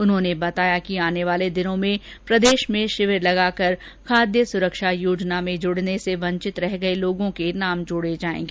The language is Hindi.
उन्होंने बताया कि आने वाले दिनों में प्रदेश में शिविर लगाकर खाद्य सुरक्षा योजना में जुड़ने से वंचित रह गए लोगों का नाम जोड़ा जाएगा